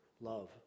love